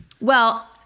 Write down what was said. Well-